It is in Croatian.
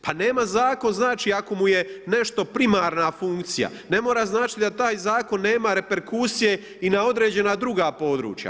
Pa nema zakon znači, ako mu je nešto primarna funkcija, ne mora značiti da taj Zakon nema reperkusije i na određena druga područja.